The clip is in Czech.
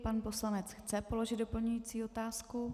Pan poslanec chce položit doplňující otázku.